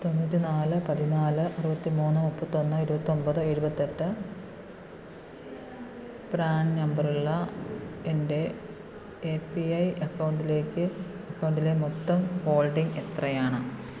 തൊണ്ണൂറ്റി നാല് പതിനാല് അറുപത്തി മൂന്ന് മുപ്പത്തൊന്ന് ഇരുപത്തൊമ്പത് എഴുപത്തെട്ട് പ്രാൻ നമ്പർ ഉള്ള എന്റെ എ പി ഐ അക്കൗണ്ടിലേക്ക് അക്കൗണ്ടിലെ മൊത്തം ഹോൾഡിംഗ് എത്രയാണ്